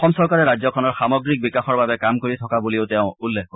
অসম চৰকাৰে ৰাজ্যখনৰ সামগ্ৰিক বিকাশৰ বাবে কাম কৰি থকা বুলিও তেওঁ উল্লেখ কৰে